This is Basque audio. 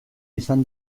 izan